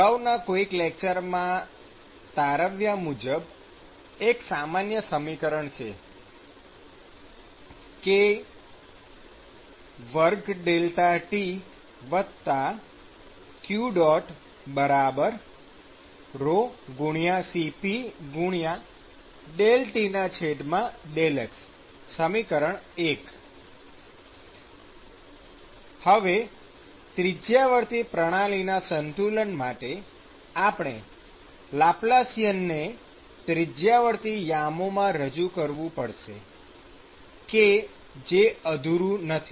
અગાઉના કોઈક લેકચરમાં તારવ્યા મુજબ એક સામાન્ય સમીકરણ છે k2TqρCp∂T∂x ૧ હવે ત્રિજયાવર્તી પ્રણાલીના સંતુલન માટે આપણે લાપ્લાસિયન ને ત્રિજયાવર્તી યામો માં રજૂ કરવું પડશે કે જે અઘરું નથી